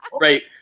Right